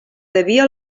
devia